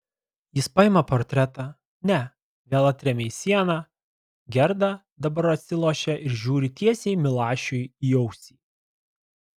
jis paima portretą ne vėl atremia į sieną gerda dabar atsilošia ir žiūri tiesiai milašiui į ausį